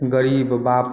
गरीब बाप